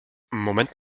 moment